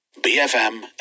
BFM